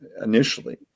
initially